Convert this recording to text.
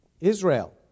Israel